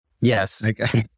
Yes